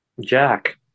Jack